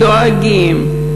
דואגים.